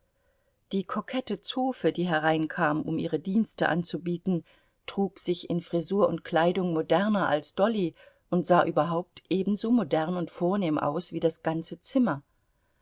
die kokette zofe die hereinkam um ihre dienste anzubieten trug sich in frisur und kleidung moderner als dolly und sah überhaupt ebenso modern und vornehm aus wie das ganze zimmer